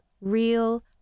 real